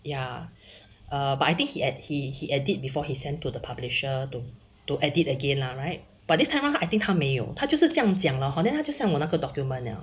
ya but I think he edit~ he he edit before he send to the publisher to to edit again lah right but this time round I think 他没有他就是这样讲了 hor then 他就 send 我那个 document 了